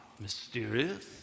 mysterious